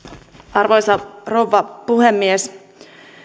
arvoisa rouva puhemies